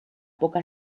poca